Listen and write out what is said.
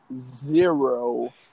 zero